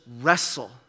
wrestle